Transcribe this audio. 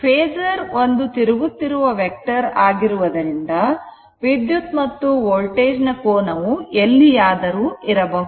phasor ಒಂದು ತಿರುಗುತ್ತಿರುವ vector ಆಗಿರುವುದರಿಂದ ವಿದ್ಯುತ್ ಮತ್ತು ವೋಲ್ಟೇಜ್ ನ ಕೋನವು ಎಲ್ಲಿಯಾದರೂ ಇರಬಹುದು